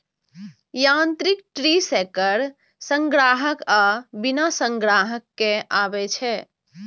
यांत्रिक tree shaker संग्राहक आ बिना संग्राहक के आबै छै